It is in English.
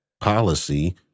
policy